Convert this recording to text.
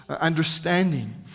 understanding